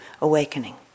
awakening